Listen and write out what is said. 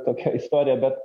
tokia istorija bet